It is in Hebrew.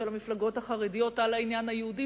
של המפלגות החרדיות על העניין היהודי,